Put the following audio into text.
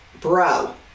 bro